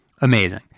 Amazing